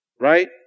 Right